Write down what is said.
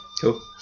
Cool